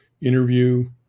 interview